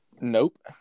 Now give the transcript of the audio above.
nope